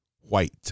white